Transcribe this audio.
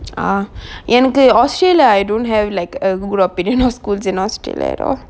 ah எனக்கு:enakku australia I don't have like a good opinion of schools in australia at all